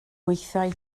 weithiau